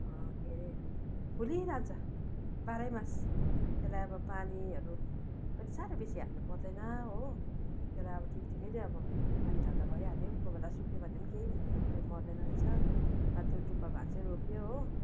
के अरे फुलिरहन्छ बाह्रै मास त्यसलाई अब पानीहरू पनि साह्रै बेसी हाल्नुपर्दैन हो त्यसलाई अब ठिक ठिकैले अब पानी हाल्दा भइहाल्यो कोही बेला सुक्यो भने केही हुँदैन अब त्यो मर्दैन रहेछ अँ त्यो टुप्पो भाँच्यो रोप्यो हो